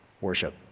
worship